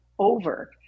Over